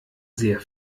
sehr